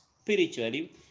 spiritually